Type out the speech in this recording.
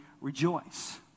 rejoice